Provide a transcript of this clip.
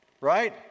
Right